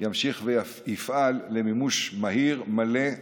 ימשיך ויפעל למימוש מהיר, מלא,